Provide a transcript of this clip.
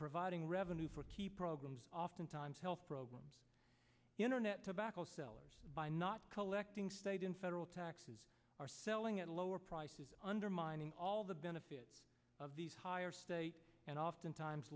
providing revenue for key programs oftentimes health programs internet tobacco sellers by not collecting state and federal taxes are selling at lower prices undermining all the benefit of these higher state and oftentimes